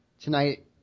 tonight